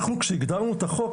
אנחנו כאשר הגדרנו את החוק,